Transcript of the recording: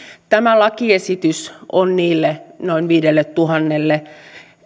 tämä lakiesitys on niille noin viidelletuhannelle